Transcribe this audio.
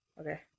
Okay